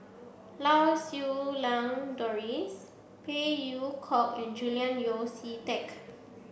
Lau Siew Lang Doris Phey Yew Kok and Julian Yeo See Teck